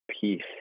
peace